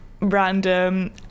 random